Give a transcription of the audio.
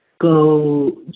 go